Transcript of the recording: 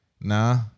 Nah